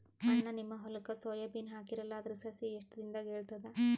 ಅಣ್ಣಾ, ನಿಮ್ಮ ಹೊಲಕ್ಕ ಸೋಯ ಬೀನ ಹಾಕೀರಲಾ, ಅದರ ಸಸಿ ಎಷ್ಟ ದಿಂದಾಗ ಏಳತದ?